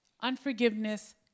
Unforgiveness